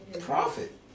Profit